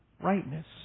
rightness